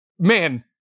Man